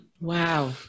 Wow